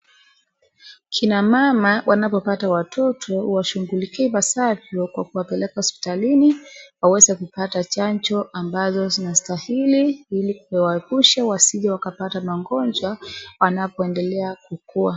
Kina mama wanapopata watoto washughulikiwe ipasavyo kwa kuwapeleka hospitalini waweze kupata chanjo ambazo zinastahili ili kuwaepusha wasije wakapata magonjwa wanapoendelea kukua.